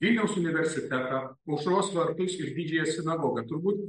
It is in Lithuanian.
vilniaus universitetą aušros vartus ir didžiąją sinagogą turbūt